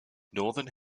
northern